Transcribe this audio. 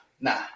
nah